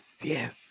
yes